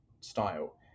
style